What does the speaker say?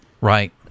right